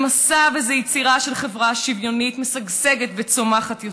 זה מסע וזה יצירה של חברה שוויונית משגשגת וצומחת יותר,